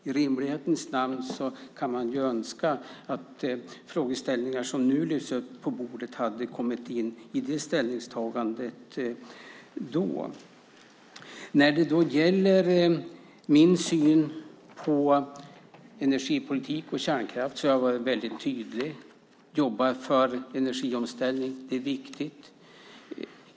I rimlighetens namn kan man önska att de frågeställningar som nu lyfts på bordet då hade kommit in i ställningstagandet. När det gäller min syn på energipolitik och kärnkraft har jag varit väldigt tydlig. Jag har jobbat för energiomställning. Det är viktigt.